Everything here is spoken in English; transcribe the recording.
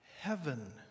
heaven